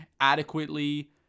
adequately